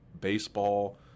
baseball